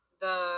the-